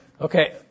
Okay